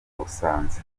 busanza